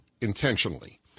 intentionally